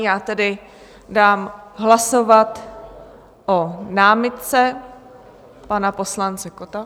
Já tedy dám hlasovat o námitce pana poslance Kotta.